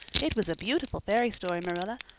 it was a beautiful fairy story, marilla.